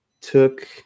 took